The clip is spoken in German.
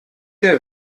der